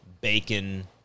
bacon